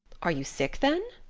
are you sick then?